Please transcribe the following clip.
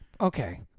Okay